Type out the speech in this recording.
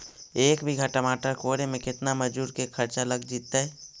एक बिघा टमाटर कोड़े मे केतना मजुर के खर्चा लग जितै?